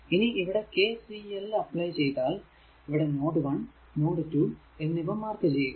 ഇനി ഇവിടെ KCL apply ചെയ്താൽ ഇവിടെ നോഡ് 1 നോഡ് 2 എന്നിവ മാർക്ക് ചെയ്യുക